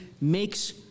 makes